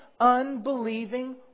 unbelieving